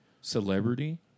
celebrity